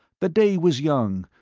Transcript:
the day was young,